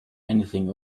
anything